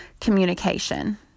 communication